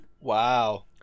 Wow